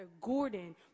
Gordon